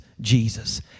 Jesus